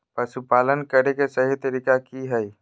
पशुपालन करें के सही तरीका की हय?